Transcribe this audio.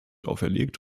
auferlegt